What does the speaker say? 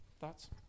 Thoughts